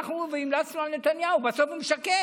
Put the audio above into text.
הלכנו והמלצנו על נתניהו, בסוף הוא משקר.